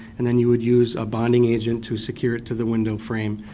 and then you would use a bonding agent to secure it to the window frame.